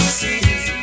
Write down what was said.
see